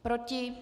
Proti?